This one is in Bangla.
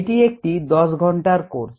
এটি একটি 10 ঘন্টার কোর্স